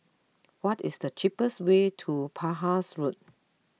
what is the cheapest way to Penhas Road